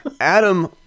Adam